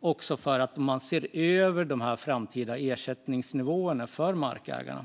också trygg med att man ser över de framtida ersättningsnivåerna för markägarna.